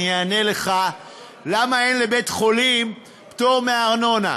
אני אענה לך למה אין לבית-חולים פטור מארנונה.